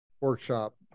workshop